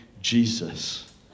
Jesus